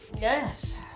Yes